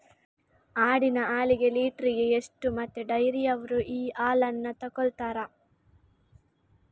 ಆಡಿನ ಹಾಲಿಗೆ ಲೀಟ್ರಿಗೆ ಎಷ್ಟು ಮತ್ತೆ ಡೈರಿಯವ್ರರು ಈ ಹಾಲನ್ನ ತೆಕೊಳ್ತಾರೆ?